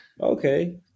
Okay